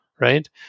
right